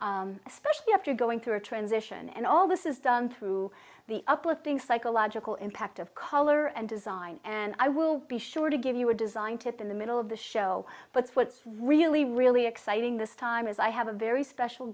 nourished especially after going through a transition and all this is done through the uplifting psychological impact of color and design and i will be sure to give you were designed to fit in the middle of the show but what's really really exciting this time is i have a very special